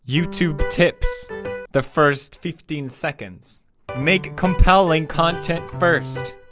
youtube tips the first fifteen seconds make compelling content first